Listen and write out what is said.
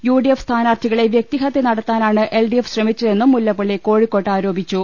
UDF സ്ഥാനാർത്ഥികളെ വ്യക്തിഹത്യ നടത്താനാണ് എൽഡിഎഫ് ശ്രമിച്ചതെന്നും മുല്ല പ്പള്ളി കോഴിക്കോട്ട് ആരോപിച്ചു